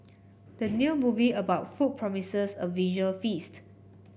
the new movie about food promises a visual feast